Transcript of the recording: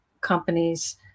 companies